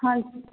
ਹਾਂਜੀ